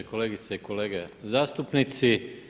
Kolegice i kolege zastupnici.